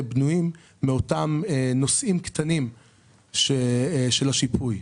בנויים מאותם נושאים קטנים של השיפוי.